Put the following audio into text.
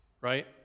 right